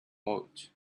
vote